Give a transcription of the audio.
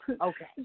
Okay